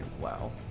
Wow